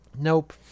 Nope